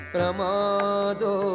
Pramado